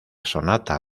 sonata